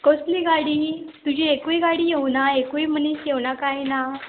कसली गाडी तुजी एकूय गाडी येवना एकूय मनीस येवना काय ना